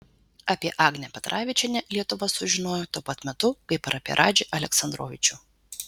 apie agnę petravičienę lietuva sužinojo tuo pat metu kaip ir apie radžį aleksandrovičių